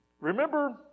Remember